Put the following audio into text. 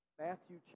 Matthew